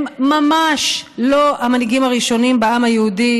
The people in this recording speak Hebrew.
הם ממש לא המנהיגים הראשונים בעם היהודי